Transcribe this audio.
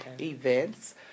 events